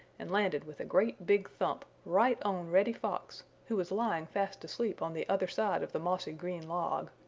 and landed with a great big thump right on reddy fox, who was lying fast asleep on the other side of the mossy green log.